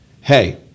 hey